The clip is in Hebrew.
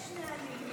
יש נהלים,